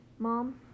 Mom